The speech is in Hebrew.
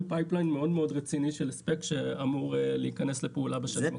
צנרת מאוד רצינית של הספק שאמור להיכנס לפעולה בשנים הקרובות.